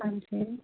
ਹਾਂਜੀ